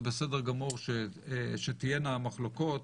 זה בסדר כמור שתהיינה מחלוקות,